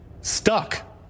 stuck